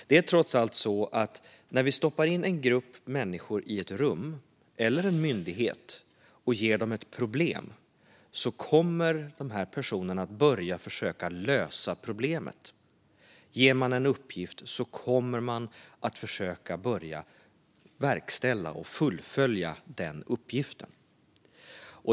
Det är trots allt så här: När vi stoppar in en grupp människor i ett rum eller en myndighet och ger dem ett problem kommer de här personerna att börja försöka lösa problemet. Ger man dem en uppgift kommer de att försöka börja verkställa och fullfölja den uppgiften.